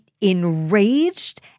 enraged